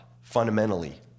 fundamentally